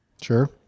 Sure